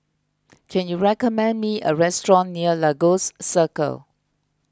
can you recommend me a restaurant near Lagos Circle